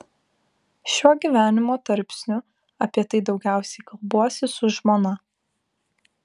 šiuo gyvenimo tarpsniu apie tai daugiausiai kalbuosi su žmona